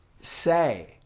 say